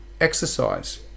exercise